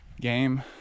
game